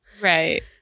right